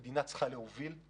המדינה צריכה להוביל את